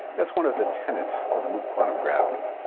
that's one of the tenets of loop quantum gravity.